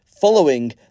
following